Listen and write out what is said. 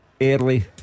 early